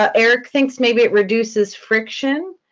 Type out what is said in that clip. ah eric thinks, maybe it reduces friction.